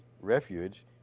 refuge